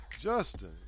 Justin